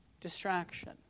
distraction